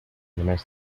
mes